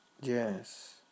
Yes